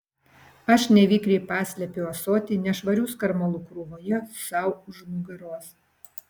aš nevikriai paslepiu ąsotį nešvarių skarmalų krūvoje sau už nugaros